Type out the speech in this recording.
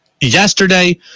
Yesterday